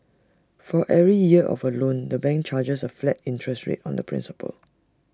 for every year of A loan the bank charges A flat interest rate on the principal